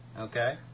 okay